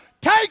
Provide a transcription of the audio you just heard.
take